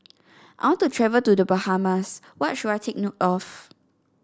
I want to travel to The Bahamas what should I take note of